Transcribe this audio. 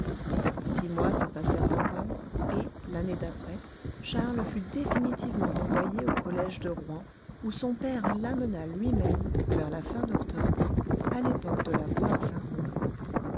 six mois se passèrent encore et l'année d'après charles fut définitivement envoyé au collège de rouen où son père l'amena lui-même vers la fin d'octobre à l'époque de la foire